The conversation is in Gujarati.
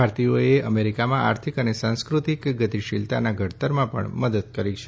ભારતીયોએ અમેરિકામાં આર્થિક અને સાંસ્કૃતિક ગતિશીલતાના ઘડતરમાં પણ મદદ કરી છે